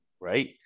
Right